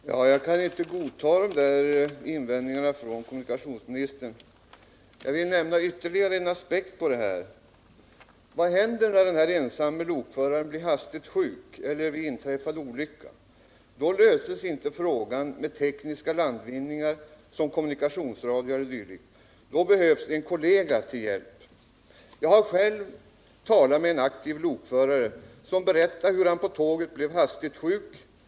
Fru talman! Jag kan inte godta dessa invändningar från kommunikationsministern. Jag vill nämna ytterligare en aspekt på denna fråga. Vad händer när den ensamme lokföraren blir hastigt sjuk eller vid inträffad olycka? Då löses inte problemen med tekniska landvinningar som kommunikationsradio e. d. Då behövs en kollega till hjälp. Jag har själv talat med en aktiv lokförare, som berättade hur han på tåget blev hastigt sjuk.